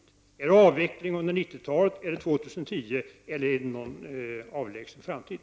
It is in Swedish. Innebär detta alternativ avveckling under 90-talet, år 2010 eller i någon avlägsen framtid?